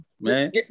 man